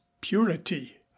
purity